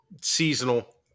seasonal